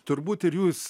turbūt ir jūs